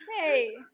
hey